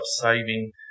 saving